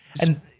And-